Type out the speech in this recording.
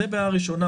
זו בעיה ראשונה,